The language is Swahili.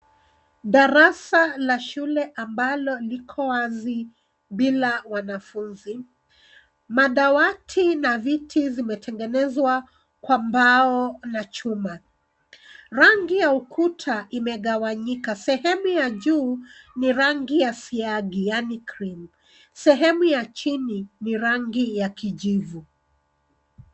Darasa la shule ambalo liko wazi bila wanafunzi. Madawati na viti vimetengenezwa kwa mbao na chuma. Rangi ya ukuta imegawanyika. Sehemu ya juu ni rangi ya siagi yaani cream . Sehemu ya chini ni rangi ya kijivu.